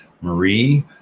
marie